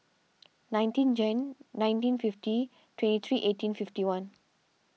nineteen Jan nineteen fifty twenty three eighteen fifty one